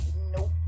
nope